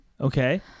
Okay